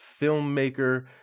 filmmaker